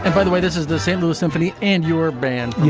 and by the way, this is the st. louis symphony and your band.